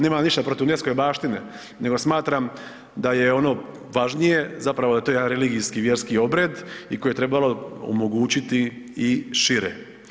Nemam ja ništa protiv UNESCO-ve baštine nego smatram da je ono važnije zapravo da je to jedan religijski, vjerski obred i koji je trebalo omogućiti i šire.